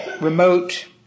remote